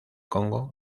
congo